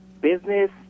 Business